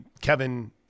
Kevin